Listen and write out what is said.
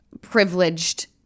privileged